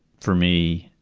for me,